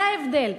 זה ההבדל.